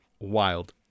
wild